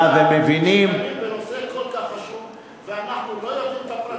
אבל אין רשימה מפורטת.